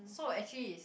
so actually is